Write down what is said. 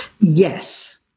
Yes